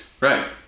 Right